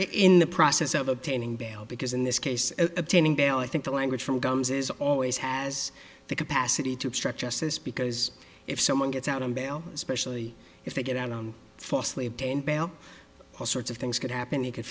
in the process of obtaining bail because in this case obtaining bail i think the language from guns is always has the capacity to obstruct justice because if someone gets out on bail especially if they get out on falsely obtained bail all sorts of things could happen they could